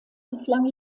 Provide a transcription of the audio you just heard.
bislang